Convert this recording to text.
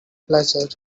pleasure